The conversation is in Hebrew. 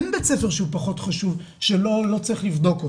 אין בית ספר שהוא פחות חשוב שלא צריך לבדוק אותו.